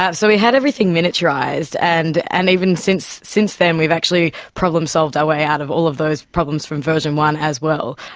so we had everything miniaturised and and even since since then we've actually problem-solved our way out of all of those problems from version one as well.